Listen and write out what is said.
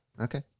Okay